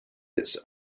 its